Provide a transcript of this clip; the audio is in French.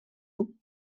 vous